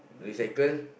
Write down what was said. recycle